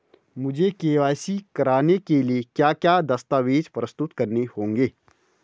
मुझे के.वाई.सी कराने के लिए क्या क्या दस्तावेज़ प्रस्तुत करने होंगे?